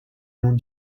noms